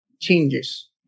changes